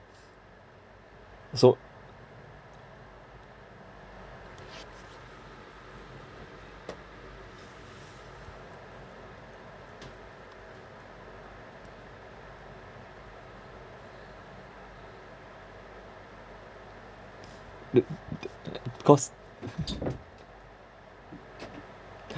so cause